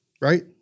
Right